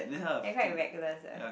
they are quite reckless ah